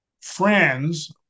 friends